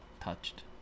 Touched